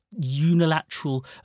unilateral